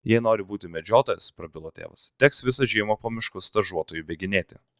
jei nori būti medžiotojas prabilo tėvas teks visą žiemą po miškus stažuotoju bėginėti